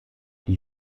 die